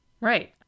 Right